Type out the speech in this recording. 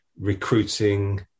recruiting